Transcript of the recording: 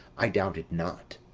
i doubt it not.